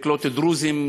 לקלוט דרוזים,